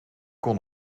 kon